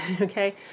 okay